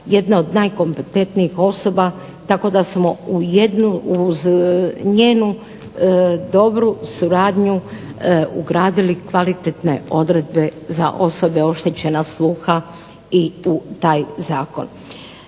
jedna od najkompetentnijih osoba tako da smo uz njenu dobru suradnju ugradili kvalitetne odredbe za osobe oštećena sluha i u taj zakon.